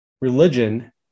religion